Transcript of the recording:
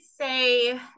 say